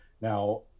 Now